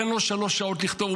תן לו שלוש שעות לכתוב.